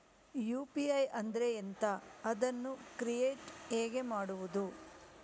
UPI ಅಂದ್ರೆ ಎಂಥ? ಅದನ್ನು ಕ್ರಿಯೇಟ್ ಹೇಗೆ ಮಾಡುವುದು?